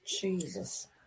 Jesus